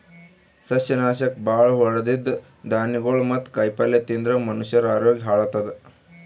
ಸಸ್ಯನಾಶಕ್ ಭಾಳ್ ಹೊಡದಿದ್ದ್ ಧಾನ್ಯಗೊಳ್ ಮತ್ತ್ ಕಾಯಿಪಲ್ಯ ತಿಂದ್ರ್ ಮನಷ್ಯರ ಆರೋಗ್ಯ ಹಾಳತದ್